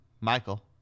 Michael